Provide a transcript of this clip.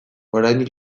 oraindik